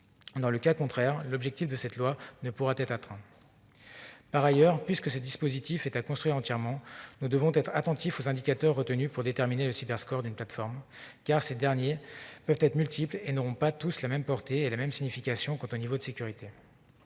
dans le cas contraire, l'objectif de cette loi ne pourra être atteint. Par ailleurs, puisque ce dispositif est entièrement à construire, nous devons être attentifs aux indicateurs retenus pour déterminer le Cyber-score d'une plateforme, car ces derniers peuvent être multiples et n'ont pas tous la même portée et la même signification quant au niveau de sécurité.